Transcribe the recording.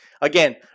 again